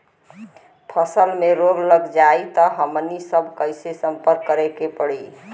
फसल में रोग लग जाई त हमनी सब कैसे संपर्क करें के पड़ी?